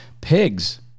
Pigs